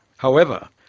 however,